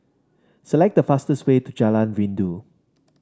select the fastest way to Jalan Rindu